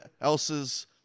else's